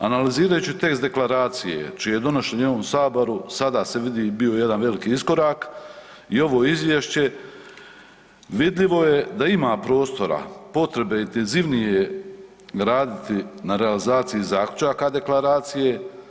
Analizirajući tekst Deklaracije čije je donošenje u ovom Saboru sada se vidi, bio je jedan veliki iskorak i ovo Izvješće, vidljivo je da ima prostora, potrebe intenzivnije raditi na realizaciji zaključaka Deklaracije.